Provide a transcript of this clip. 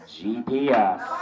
GPS